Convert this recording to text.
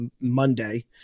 Monday